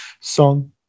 song